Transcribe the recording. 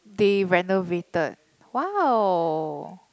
they renovated !wow!